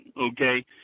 okay